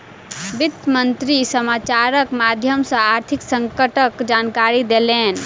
वित्त मंत्री समाचारक माध्यम सॅ आर्थिक संकटक जानकारी देलैन